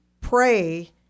pray